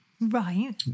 Right